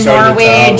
Norway